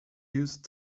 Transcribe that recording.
used